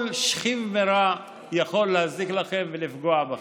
כל שכיב מרע יכול להזיק לכם ולפגוע בכם.